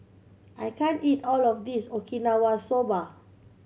I can't eat all of this Okinawa Soba